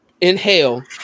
inhale